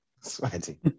Sweaty